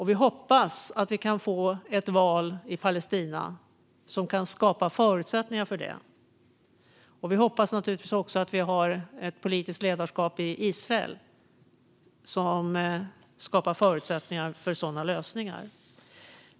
Vi hoppas att vi kan få ett val i Palestina som kan skapa förutsättningar för det. Vi hoppas naturligtvis också att vi har ett politiskt ledarskap i Israel som skapar förutsättningar för sådana lösningar.